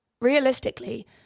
Realistically